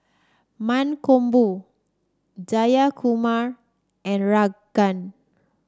Mankombu Jayakumar and Ranga